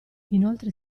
inoltre